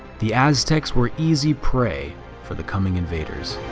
the aztecs were easy prey for the coming invaders.